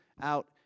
out